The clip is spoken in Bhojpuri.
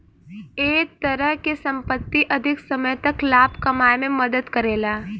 ए तरह के संपत्ति अधिक समय तक लाभ कमाए में मदद करेला